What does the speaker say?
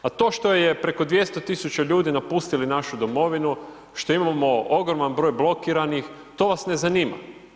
A to što je preko 200 tisuća ljudi napustili našu Domovinu, što imamo ogroman broj blokiranih, to vas ne zanima.